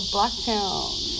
Blacktown